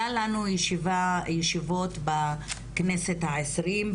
היה לנו ישיבות בכנסת ה- 20,